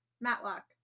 Matlock